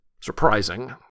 surprising